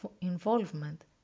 involvement